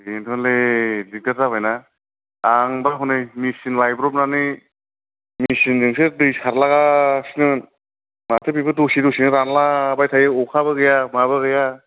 बेदिनोथ'लै दिगदार जाबायना आंबा हनै मिसिन लायब्रबनानै मिसिनजोंसो दै सैरलागासिनोमोन माथो बेबो दसे दसेनो रानलाबाय थायो अखाबो गैया माबो गैया